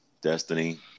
Destiny